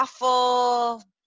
awful